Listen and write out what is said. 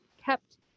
kept